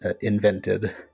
invented